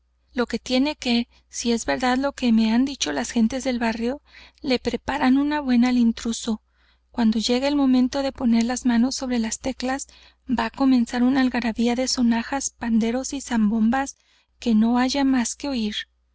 lo que tiene que si es verdad lo que me han dicho las gentes del barrio le preparan una buena al intruso cuando llegue el momento de poner la mano sobre las teclas va á comenzar una algarabía de sonajas panderos y zanbombas que no haya más que oir